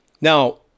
Now